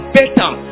better